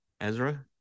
Ezra